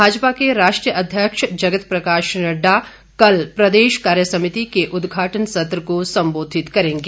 भाजपा के राष्ट्रीय अध्यक्ष जगत प्रकाश नड्डा कल प्रदेश कार्यसमिति के उद्घाटन सत्र को संबोधित करेंगे